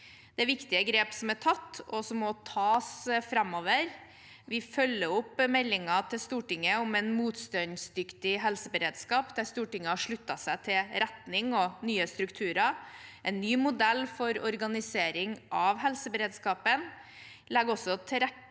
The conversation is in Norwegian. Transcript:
er viktige grep som er tatt og må tas framover. Vi følger opp meldingen til Stortinget om en motstandsdyktig helseberedskap, der Stortinget har sluttet seg til retning og nye strukturer. En ny modell for organisering av helseberedskapen legger også til